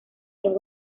los